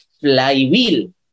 flywheel